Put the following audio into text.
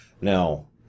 Now